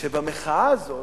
שבסקר על המחאה הזאת,